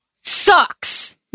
sucks